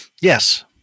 yes